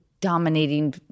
Dominating